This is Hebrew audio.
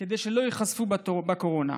כדי שלא ייחשפו לקורונה.